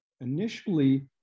Initially